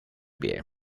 pie